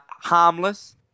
harmless